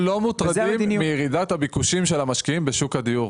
אנחנו לא מוטרדים מירידת הביקושים של המשקיעים בשוק הדיור.